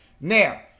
Now